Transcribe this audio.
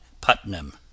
Putnam